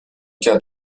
cas